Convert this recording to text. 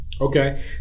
Okay